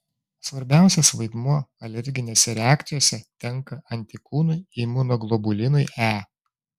svarbiausias vaidmuo alerginėse reakcijose tenka antikūnui imunoglobulinui e